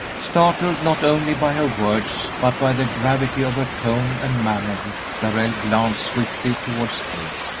startled not only by her words but by the gravity of her tone and manner, darrell glanced swiftly towards kate,